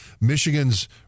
Michigan's